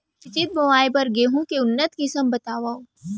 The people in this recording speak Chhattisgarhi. सिंचित बोआई बर गेहूँ के उन्नत किसिम बतावव?